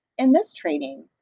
in this training,